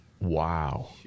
Wow